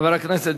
חבר הכנסת